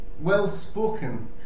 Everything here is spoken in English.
well-spoken